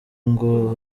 ngo